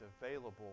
available